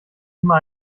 immer